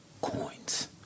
coins